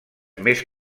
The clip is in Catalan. més